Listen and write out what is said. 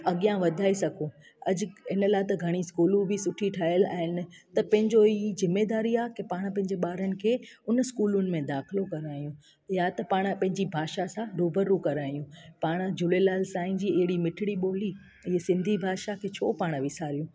अॻियां वधाए सघूं अॼु हिन लाइ त घणी स्कूलूं बि सुठी ठहियलु आहिनि त पंहिंजो ई ज़िमेदारी आहे की पाण पंहिंजे ॿारनि खे उन स्कूल में दाख़िलो करायूं या त पाण पंहिंजी भाषा सां रुबरूं करायूं पाण झूलेलाल साईं जी अहिड़ी मिठड़ी ॿोली हीअ सिंधी भाषा खे छो पाण विसारियूं